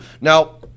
Now